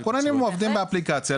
הכוננים עובדים באפליקציה,